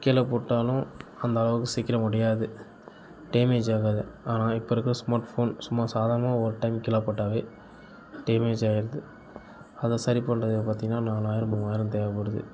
கீழே போட்டாலும் அந்தளவுக்கு சீக்கிரம் உடையாது டேமேஜ் ஆகாது ஆனால் இப்போ இருக்கிற ஸ்மார்ட்ஃபோன் சும்மா சாதாரணமாக ஒரு டைம் கீழே போட்டால் டேமேஜ் ஆயிடுது அதை சரி பண்றது பார்த்திங்கன்னா நாலாயிரம் மூவாயிரம் தேவைப்படுது